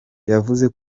yavuze